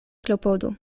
klopodu